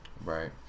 Right